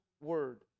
word